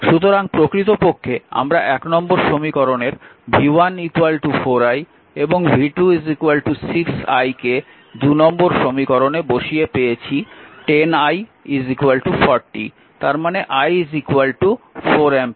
সুতরাং প্রকৃতপক্ষে আমরা নম্বর সমীকরণের v 1 4i এবং v 2 6i কে নম্বর সমীকরণে বসিয়ে পেয়েছি 10 i 40 তার মানে i 4 অ্যাম্পিয়ার